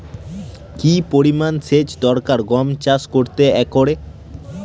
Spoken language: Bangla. কি পরিমান সেচ দরকার গম চাষ করতে একরে?